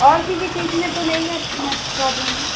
और किसी चीज़ में तो नहीं ना मैम प्रॉब्लम है